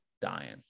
dying